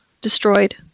destroyed